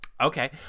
Okay